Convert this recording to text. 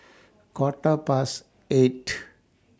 Quarter Past eight